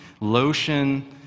lotion